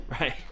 Right